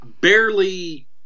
barely